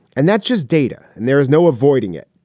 and that's just data and there is no avoiding it.